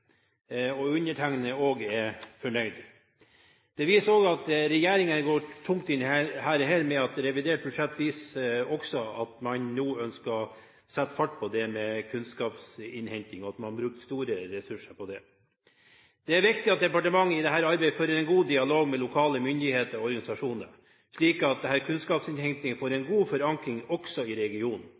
ute. Undertegnede er også fornøyd. Det viser også at regjeringen går tungt inn i dette ved at man i revidert budsjett nå ønsker å sette fart på kunnskapsinnhenting, og at man bruker store ressurser på det. Det er viktig at departementet i dette arbeidet fører en god dialog med lokale myndigheter og organisasjoner, slik at denne kunnskapsinnhentingen får en god forankring også i regionen.